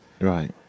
Right